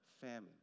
famine